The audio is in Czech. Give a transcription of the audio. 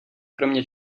kromě